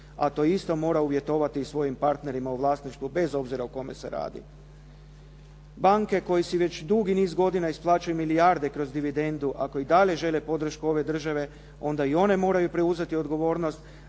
a to isto mora uvjetovati i svojim partnerima u vlasništvu, bez obzira o kome se radi. Banke koje si već dugi niz godina isplaćuju milijarde kroz dividendu, ako i dalje žele podršku ove države, onda i one moraju preuzeti odgovornost